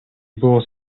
było